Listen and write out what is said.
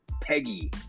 Peggy